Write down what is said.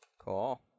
Cool